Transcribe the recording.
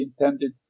intended